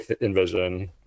envision